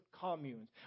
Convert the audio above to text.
communes